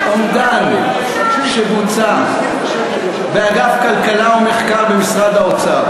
אומדן שבוצע באגף כלכלה ומחקר במשרד האוצר